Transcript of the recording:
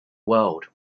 world